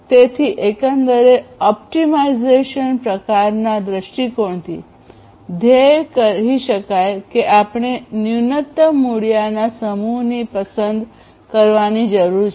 તેથી એકંદરે ઓપ્ટિમાઇઝેશન પ્રકારના દૃષ્ટિકોણથી ધ્યેય કહી શકાય કે આપણે ન્યૂનતમ મૂળિયાના સમૂહની પસંદ કરવાની જરૂર છે